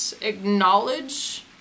acknowledge